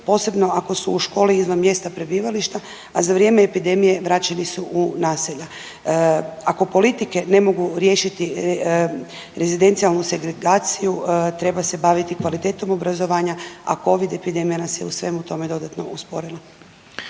posebno ako su u školi izvan mjesta prebivališta, a za vrijeme epidemije vraćeni su u naselja. Ako politike ne mogu riješiti rezidencijalnu segregaciju treba se baviti kvalitetom obrazovanja, a covid epidemija nas je u svemu tome dodatno usporila.